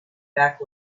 back